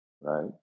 right